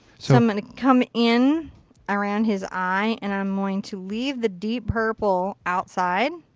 so i'm going to come in around his eye and i'm going to leave the deep purple outside.